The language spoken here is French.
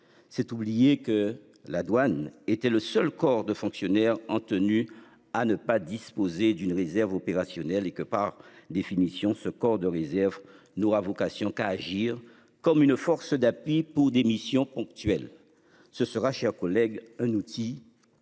C'est oublier que la douane était le seul corps de fonctionnaires en tenue à ne pas disposer d'une réserve opérationnelle et que, par définition ce corps de réserve n'aura vocation qu'à agir comme une force d'appui pour des missions ponctuelles. Ce sera cher collègue. Un outil